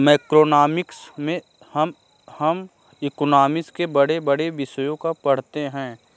macroeconomics में हम economics के बड़े बड़े विषयों को पढ़ते हैं